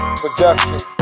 production